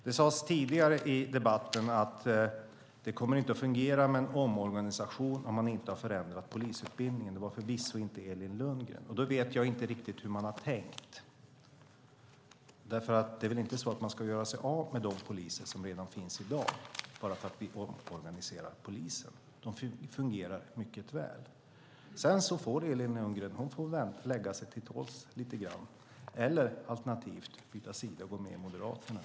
Det sades tidigare i debatten att det inte kommer att fungera med en omorganisation om man inte har förändrat polisutbildningen. Det var förvisso inte Elin Lundgren som sade det. Jag vet inte riktigt hur man har tänkt. Det är väl inte så att man ska göra sig av med de poliser som redan finns i dag bara för att vi omorganiserar polisen? De fungerar mycket väl. Elin Lundgren får ge sig till tåls lite grann eller alternativt byta sida och gå med i Moderaterna.